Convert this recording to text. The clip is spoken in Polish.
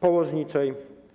położniczej.